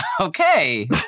Okay